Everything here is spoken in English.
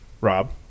Rob